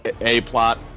A-plot